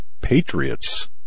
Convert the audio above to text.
patriots